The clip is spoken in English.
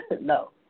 no